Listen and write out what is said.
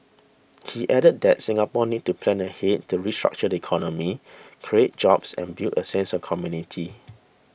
he added that Singapore needs to plan ahead to restructure the economy create jobs and build a sense of community